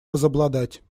возобладать